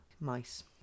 mice